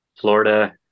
Florida